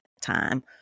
time